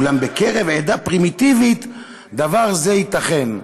אולם בקרב עדה פרימיטיבית דבר זה ייתכן".